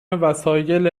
وسایل